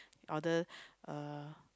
order uh